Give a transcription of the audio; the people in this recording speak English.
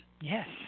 yes